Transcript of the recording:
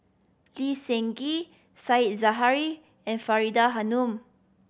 Lee Seng Gee Said Zahari and Faridah Hanum